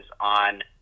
on